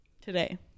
today